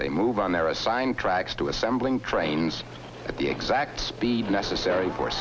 they move on their assigned tracks to assembling trains at the exact speed necessary for